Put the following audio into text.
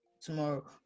tomorrow